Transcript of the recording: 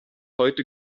heute